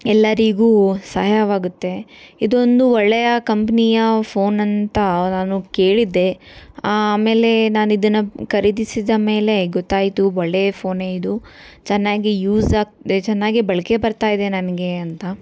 ಎಲ್ಲರಿಗೂ ಸಹಾಯವಾಗುತ್ತೆ ಇದೊಂದು ಒಳ್ಳೆಯ ಕಂಪ್ನಿಯ ಫೋನ್ ಅಂತ ನಾನು ಕೇಳಿದ್ದೆ ಆಮೇಲೆ ನಾನು ಇದನ್ನು ಖರೀದಿಸಿದ ಮೇಲೆ ಗೊತ್ತಾಯಿತು ಒಳ್ಳೆಯ ಫೋನೇ ಇದು ಚೆನ್ನಾಗಿ ಯೂಸ್ ಆಗಿ ಚೆನ್ನಾಗೇ ಬಳಕೆ ಬರ್ತಾ ಇದೆ ನನಗೆ ಅಂತ